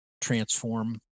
transform